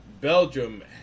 Belgium